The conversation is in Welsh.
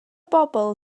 bobl